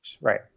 Right